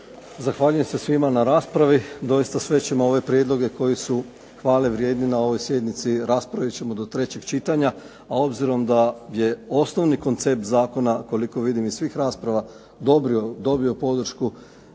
Zahvaljujem se svima na raspravi. Doista, sve ćemo ove prijedloge koji su hvale vrijedni na ovoj sjednici raspravit ćemo do trećeg čitanja, a obzirom da je osnovni koncept zakona koliko vidim iz svih rasprava dobio podršku